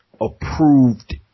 approved